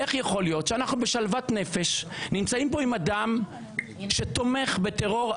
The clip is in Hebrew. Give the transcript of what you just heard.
אז איך יכול להיות שאנחנו יושבים פה בשלוות נפש עם אדם שתומך בטרור?